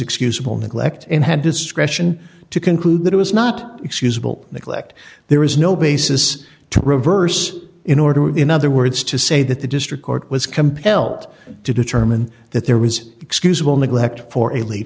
excusable neglect and had discretion to conclude that it was not excusable neglect there is no basis to reverse in order in other words to say that the district court was compelled to determine that there was excusable neglect for elite